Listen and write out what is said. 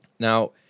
Now